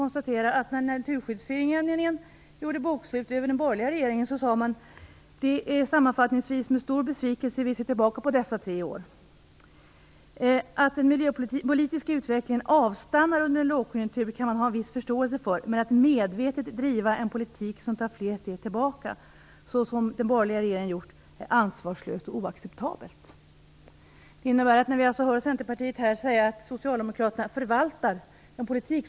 När Naturskyddsföreningen gjorde bokslut över den borgerliga regeringen sade de: Det är sammanfattningsvis med stor besvikelse vi ser tillbaka på dessa tre år. Att den miljöpolitiska utvecklingen avstannar under en lågkonjunktur kan man ha en viss förståelse för, men att medvetet driva en politik som tar flera steg tillbaka, såsom den borgerliga regeringen gjort, är ansvarslöst och oacceptabelt. Vi hör Centerpartiet säga att Socialdemokraterna förvaltar politiken.